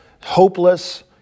hopeless